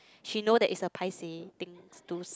she know that is a paiseh things to